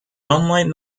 online